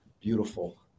beautiful